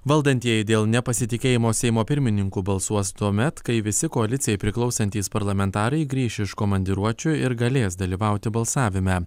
valdantieji dėl nepasitikėjimo seimo pirmininku balsuos tuomet kai visi koalicijai priklausantys parlamentarai grįš iš komandiruočių ir galės dalyvauti balsavime